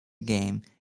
game